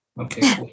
Okay